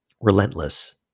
relentless